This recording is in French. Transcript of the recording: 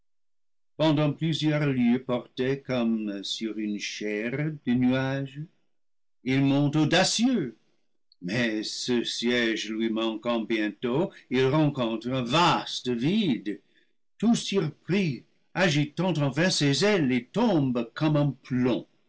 pendant plusieurs lieues porté comme sur une chaire de nuages il monte audacieux mais ce siège lui manquant bientôt il rencontre un vaste vide tout surpris agitant en vain ses ailes il tombe comme un